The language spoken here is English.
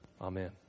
Amen